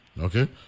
Okay